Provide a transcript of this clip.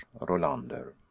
Rolander